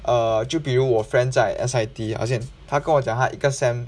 err 就比如我 friend 在 S_I_T 好像他跟我讲他一个 sem